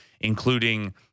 Including